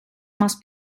más